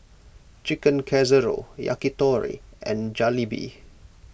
Chicken Casserole Yakitori and Jalebi